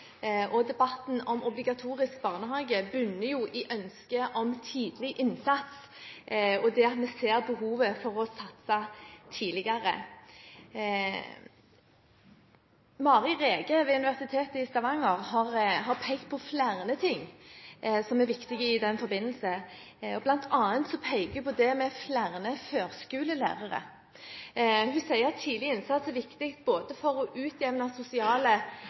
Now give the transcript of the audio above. og debatten om obligatorisk barnehage bunner i ønsket om tidlig innsats der vi ser behovet for å satse tidligere. Mari Rege ved Universitetet i Stavanger har pekt på flere ting som er viktige i den forbindelse. Blant annet peker hun på dette med flere førskolelærere. Hun sier at tidlig innsats er viktig både for å utjevne sosiale